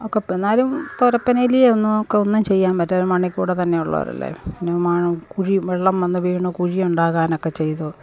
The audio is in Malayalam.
ഒക്കെ എന്നാലും തൊരപ്പൻ എലി ഒന്നും നമുക്ക് ഒന്നും ചെയ്യാൻ പറ്റത്തില്ല മണ്ണിൽകൂടെ തന്നെ ഉള്ളവരല്ലെ പിന്നെ കുഴി വെള്ളം വന്ന് വീണ് കുഴി ഉണ്ടാകാനൊക്കെ ചെയ്തു